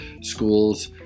schools